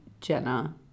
Jenna